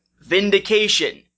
Vindication